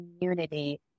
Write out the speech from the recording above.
community